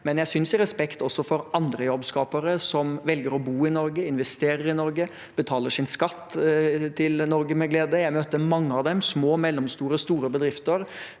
jeg si, i respekt for andre jobbskapere som velger å bo i Norge, som investerer i Norge, og som betaler sin skatt til Norge med glede – jeg møter mange av dem, både små, mellomstore og store bedrifter,